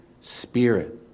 Spirit